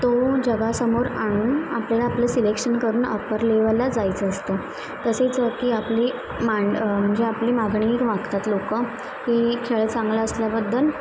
तो जगासमोर आणून आपल्याला आपलं सिलेक्शन करून अपर लेवलला जायचं असतं तसेच की आपली मांड म्हणजे आपली मागणी मागतात लोक की खेळ चांगला असल्याबद्दल